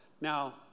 Now